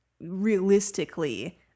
realistically—